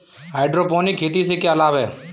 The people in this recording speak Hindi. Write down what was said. हाइड्रोपोनिक खेती से क्या लाभ हैं?